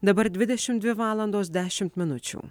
dabar dvidešimt dvi valandos dešimt minučių